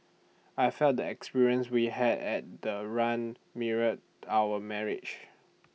I felt the experience we had at the run mirrored our marriage